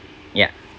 ya